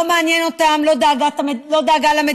לא מעניין אותם לא הדאגה למדינה,